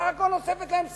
סך הכול נוספת להם ספרה.